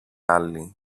άλλοι